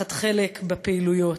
לקחת חלק בפעילויות,